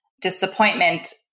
disappointment